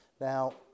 Now